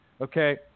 Okay